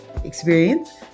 experience